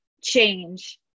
change